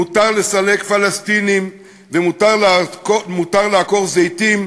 מותר לסלק פלסטינים ומותר לעקור זיתים,